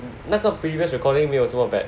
那个 previous recording 没有这么 bad